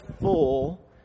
full